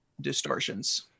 distortions